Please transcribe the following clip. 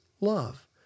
love